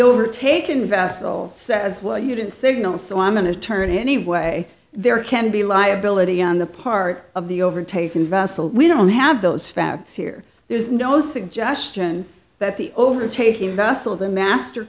overtaken vassal says well you didn't signal so i'm an attorney anyway there can be liability on the part of the overtaken vessel we don't have those facts here there's no suggestion that the overtaking vessel the master